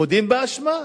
מודים באשמה.